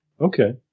Okay